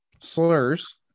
slurs